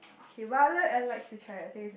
okay I like to try I think